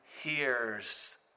hears